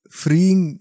freeing